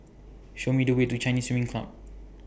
Show Me The Way to Chinese swing Club